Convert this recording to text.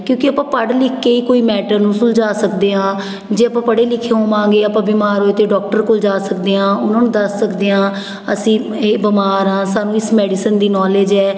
ਕਿਉਂਕਿ ਆਪਾਂ ਪੜ੍ਹ ਲਿਖ ਕੇ ਕੋਈ ਮੈਟਰ ਨੂੰ ਸੁਲਝਾ ਸਕਦੇ ਹਾਂ ਜੇ ਆਪਾਂ ਪੜ੍ਹੇ ਲਿਖੇ ਹੋਵਾਂਗੇ ਆਪਾਂ ਬਿਮਾਰ ਹੋਏ ਤਾਂ ਡਾਕਟਰ ਕੋਲ ਜਾ ਸਕਦੇ ਹਾਂ ਉਹਨਾਂ ਨੂੰ ਦੱਸ ਸਕਦੇ ਆਂ ਅਸੀਂ ਇਹ ਬਿਮਾਰ ਹਾਂ ਸਾਨੂੰ ਇਸ ਮੈਡੀਸਨ ਦੀ ਨੌਲੇਜ ਹੈ